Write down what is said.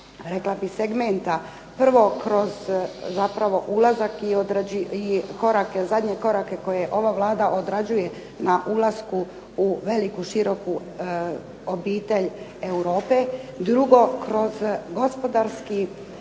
rekla bih segmenta, prvo kroz zapravo ulazak i korak, zadnje korake koje je ova Vlada odrađuje na ulasku u veliku široku obitelj Europe. Drugo kroz gospodarski